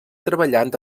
treballant